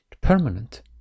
permanent